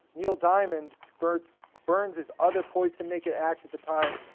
neil diamond, berns's berns's other poised-to-make-it act at the time,